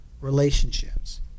relationships